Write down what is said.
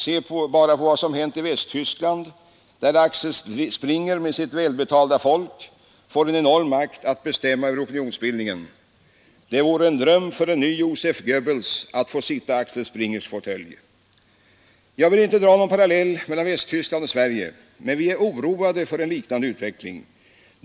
Se bara på vad som hänt i Västtyskland, där en Axel Springer med sitt välbetalda folk får en enorm makt att bestämma över opinionsbildningen! Det vore en dröm för en ny Joseph Goebbels att få sitta i Axel Springers fåtölj. Jag vill inte dra någon parallell mellan Västtyskland och Sverige, men vi är oroade för en liknande utveckling.